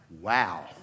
Wow